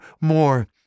more